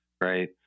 right